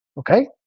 Okay